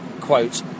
quote